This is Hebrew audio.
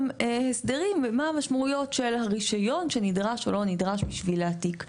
הסדרים של מה המשמעויות של הרישיון שנדרש או לא נדרש בשביל להעתיק.